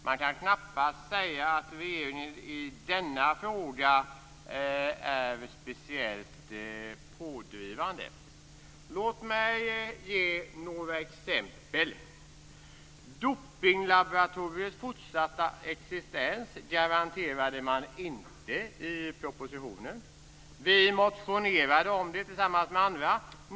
Man kan knappast säga att regeringen i denna fråga är speciellt pådrivande. Låt mig ge några exempel: Man garanterade inte Dopinglaboratoriets fortsatta existens i propositionen. Vi motionerade om det tillsammans med andra.